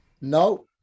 No